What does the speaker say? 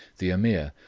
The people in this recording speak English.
the ameer,